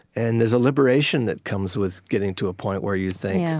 and there's a liberation that comes with getting to a point where you think, yeah